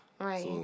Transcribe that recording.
right